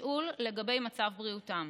בתשאול לגבי מצב בריאותם.